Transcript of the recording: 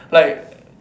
like